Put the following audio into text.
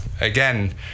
again